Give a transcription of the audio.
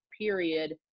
period